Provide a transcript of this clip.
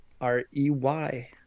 R-E-Y